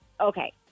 Okay